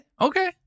Okay